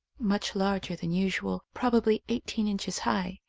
much larger than usual, probably eighteen inches high.